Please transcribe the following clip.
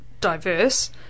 diverse